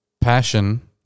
passion